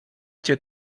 cię